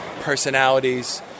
personalities